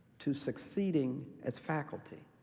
to succeeding as faculty,